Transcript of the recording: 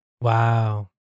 Wow